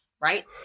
right